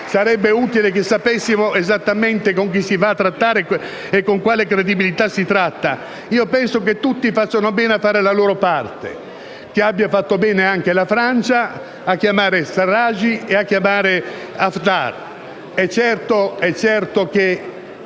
Sarebbe utile che sapessimo con chi si va a trattare e con quale credibilità si tratta. Penso che tutti facciano bene a fare la loro parte e che abbia fatto bene anche la Francia a chiamare al-Serraj e Haftar.